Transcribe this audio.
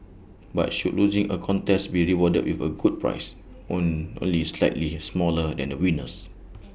but should losing A contest be rewarded with A good prize on only slightly smaller than the winner's